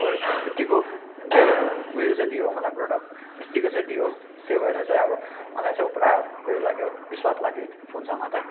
ऊ यो यत्तिको दियो ऊ यो चाहिँ दियो मलाई प्रडक्ट यतिको चाहिँ दियो त्यो भएर चाहिँ अब मलाई चाहिँ पुरा ऊ यो लाग्यो बिस्वाद लाग्यो फोनसँग त